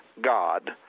god